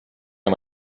amb